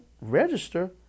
register